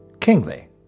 kingly